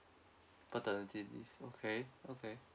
maternity leave okay okay